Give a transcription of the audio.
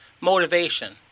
motivation